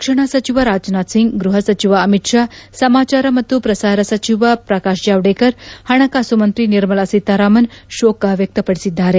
ರಕ್ಷಣಾ ಸಚಿವ ರಾಜನಾಥಸಿಂಗ್ ಗ್ಯಹ ಸಚಿವ ಅಮಿತ್ ಶಾ ಸಮಾಚಾರ ಮತ್ತು ಪ್ರಸಾರ ಸಚಿವ ಶ್ರಕಾಶ್ ಜಾವಡೇಕರ್ ಪಣಕಾಸು ಮಂತ್ರಿ ನಿರ್ಮಲಾ ಸೀತಾರಾಮನ್ ತೀವ್ರ ಶೋಕ ವ್ಯಕ್ತಪಡಿಸಿದ್ದಾರೆ